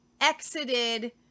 exited